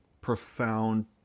profound